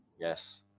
Yes